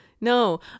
No